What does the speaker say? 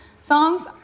songs